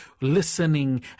listening